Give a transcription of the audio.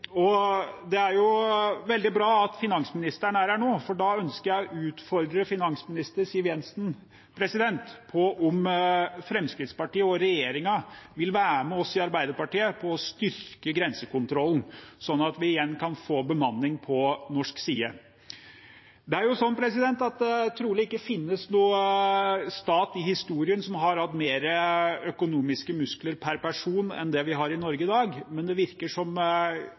og det er veldig bra at finansministeren er her nå, for da ønsker jeg å utfordre finansminister Siv Jensen på om Fremskrittspartiet og regjeringen vil være med oss i Arbeiderpartiet på å styrke grensekontrollen, slik at vi igjen kan få bemanning på norsk side. Det er jo sånn at det trolig ikke finnes noen stat i historien som har hatt mer økonomiske muskler per person enn det vi har i Norge i dag, men det virker som